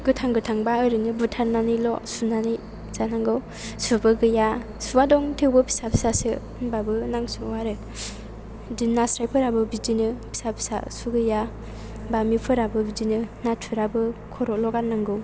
गोथां गोथांबा ओरैनो बुथारनानैल' सुनानै जानांगौ सुबो गैया सुआ दं थेवबो फिसा फिसासो होनबाबो नांसवा आरो बिदिनो नास्रायफोराबो बिदिनो फिसा फिसा सु गैया बामिफोराबो बिदिनो नाथुराबो खर'ल' गारनांगौ